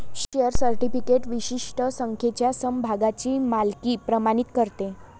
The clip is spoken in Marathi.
शेअर सर्टिफिकेट विशिष्ट संख्येच्या समभागांची मालकी प्रमाणित करते